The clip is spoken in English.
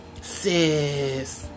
Sis